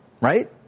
Right